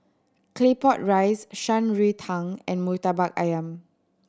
Claypot Rice Shan Rui Tang and Murtabak Ayam